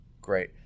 Great